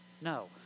No